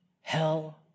Hell